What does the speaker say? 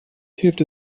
hilft